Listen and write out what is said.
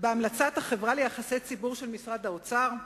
בהמלצת החברה ליחסי ציבור של משרד האוצר?